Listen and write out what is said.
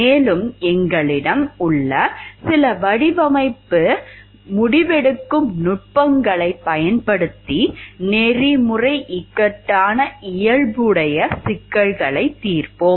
மேலும் எங்களிடம் உள்ள சில வடிவமைப்பு முடிவெடுக்கும் நுட்பங்களைப் பயன்படுத்தி நெறிமுறை இக்கட்டான இயல்புடைய சிக்கல்களைத் தீர்ப்போம்